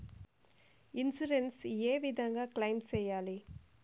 Insurance ఏ విధంగా claim సేయాలి?